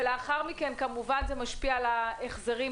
ולאחר מכן כמובן זה משפיע על ההחזרים